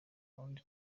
wundi